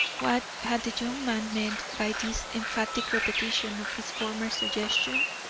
what had the young man meant by this emphatic repetition of his former suggestion?